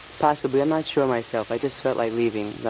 possibly, i'm not sure myself, i just felt like leaving.